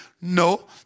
No